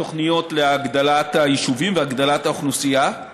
התוכניות להגדלת היישובים ולהגדלת האוכלוסייה,